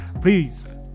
Please